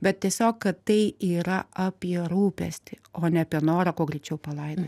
bet tiesiog kad tai yra apie rūpestį o ne apie norą kuo greičiau palaidot